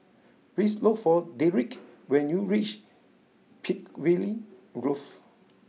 please look for Derik when you reach Peakville Grove